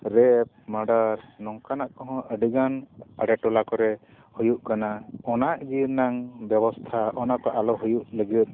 ᱱᱚᱝᱠᱟᱱᱟᱜ ᱠᱚᱦᱚᱸ ᱟᱹᱰᱤᱜᱟᱱ ᱟᱰᱮ ᱴᱚᱞᱟ ᱠᱚᱨᱮ ᱦᱩᱭᱩᱜ ᱠᱟᱱᱟ ᱚᱱᱟ ᱤᱫᱤ ᱨᱮᱱᱟᱜ ᱵᱮᱵᱚᱥᱛᱷᱟ ᱚᱱᱟ ᱠᱚ ᱟᱞᱚ ᱦᱩᱭᱩᱜ ᱞᱟᱹᱜᱤᱫ